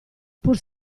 pur